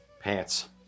pants